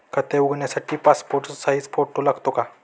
खाते उघडण्यासाठी passport size photo लागतो का?